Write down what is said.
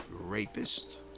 rapist